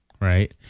Right